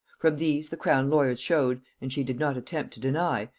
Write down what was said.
from these the crown lawyers showed, and she did not attempt to deny,